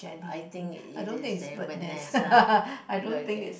I think it is a bird nest uh we go again